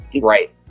Right